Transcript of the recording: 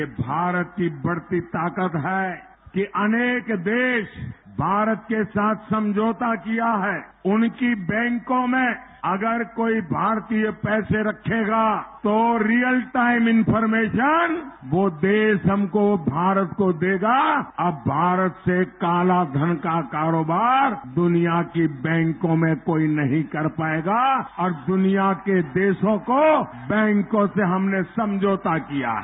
ये भारत की बढ़ती ताकत है की अनेक देश भारत के साथ समझौता किया है कि उनकी बैंकों में अगर कोई भारतीय पैसा रखेगा तो रियल टाईम इनफॉर्मेशन वह देश हमको वह भारत को देगा और भारत से कालाधन का कारोबार दुनिया की बैंको में कोई नहीं कर पायेगा और दुनिया के देशों को बैंको से हमने समझौता किया है